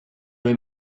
may